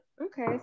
okay